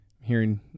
hearing